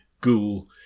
ghoul